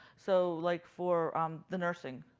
so like for um the nursing,